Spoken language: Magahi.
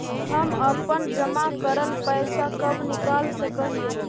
हम अपन जमा करल पैसा कब निकाल सक हिय?